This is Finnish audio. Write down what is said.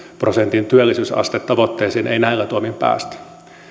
prosentin työllisyysastetavoitteeseen ei näillä toimin päästä